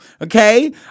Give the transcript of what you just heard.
okay